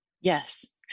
Yes